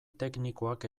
teknikoak